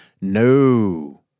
no